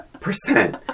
percent